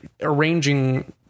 arranging